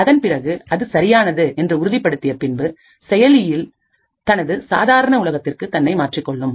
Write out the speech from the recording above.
அதன் பிறகு அது சரியானது என்று உறுதிப்படுத்திய பின்பு செயலில் தனது சாதாரண உலகத்திற்கு தன்னை மாற்றிக் கொள்ளும்